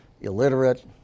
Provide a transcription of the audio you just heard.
illiterate